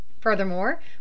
Furthermore